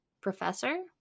professor